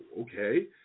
okay